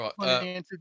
Right